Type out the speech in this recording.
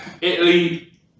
Italy